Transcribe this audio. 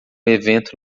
evento